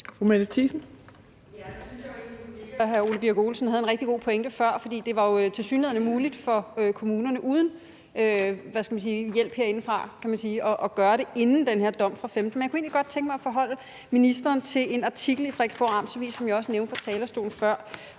Fru Mette Thiesen.